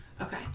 Okay